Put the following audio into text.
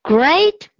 Great